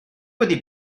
wedi